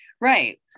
right